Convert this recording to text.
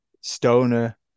stoner